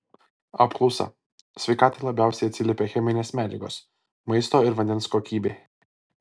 apklausa sveikatai labiausiai atsiliepia cheminės medžiagos maisto ir vandens kokybė